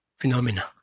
phenomena